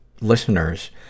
listeners